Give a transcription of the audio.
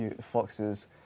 foxes